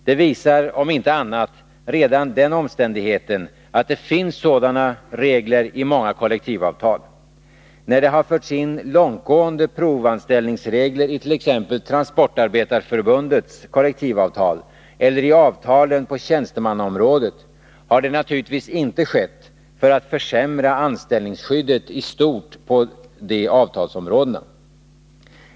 Det visar om inte annat redan den omständigheten att det finns sådana regler i många kollektivavtal. När det har förts in långtgående provanställningsregler i t.ex. Transportarbetareförbundets kollektivavtal eller i avtalen på tjänstemannaområdet, har det naturligtvis inte skett för att försämra anställningsskyddet i stort på de avtalsområdena.